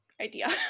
idea